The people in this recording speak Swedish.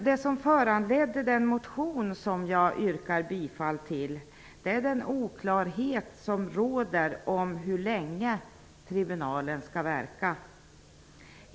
Det som föranledde den motion som jag yrkar bifall till är den oklarhet som råder om hur länge tribunalen skall verka.